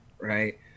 Right